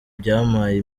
byampaye